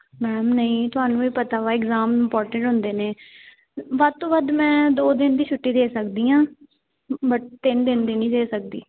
ma'am ਨਹੀਂ ਤੁਹਾਨੂੰ ਵੀ ਪਤਾ ਵਾ ਇਗਜ਼ਾਮ ਇਪੋਰਟੈਂਟ ਹੁੰਦੇ ਨੇ ਵੱਧ ਤੋਂ ਵੱਧ ਮੈਂ ਦੋ ਦਿਨ ਦੀ ਛੁੱਟੀ ਦੇ ਸਕਦੀ ਹਾਂ ਬਟ ਤਿੰਨ ਦਿਨ ਦੀ ਨਹੀਂ ਦੇ ਸਕਦੀ